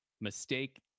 mistake